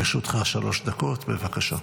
לרשותך שלוש דקות, בבקשה.